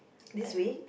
this week